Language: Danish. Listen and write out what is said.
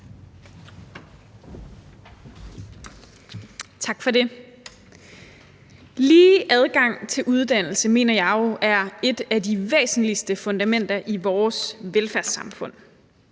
Tak for det. Lige adgang til uddannelse mener jeg jo er et af de væsentligste fundamenter i vores velfærdssamfund.